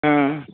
हँ